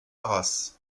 arras